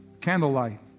candlelight